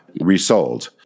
resold